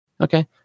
Okay